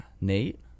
Nate